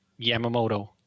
Yamamoto